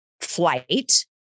flight